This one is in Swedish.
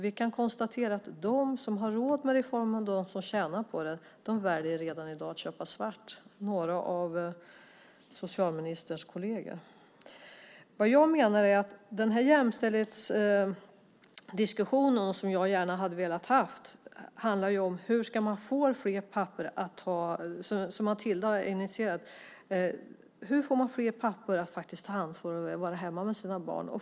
Vi kan konstatera att de som har råd med reformen och de som tjänar på den väljer i dag att köpa redan i dag - svart. Några av socialministerns kolleger gör det. Den jämställdhetsdiskussion som jag gärna hade velat föra och som Matilda har initierat handlar om hur man ska få fler pappor att ta ansvar och vara hemma med sina barn.